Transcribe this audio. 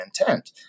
intent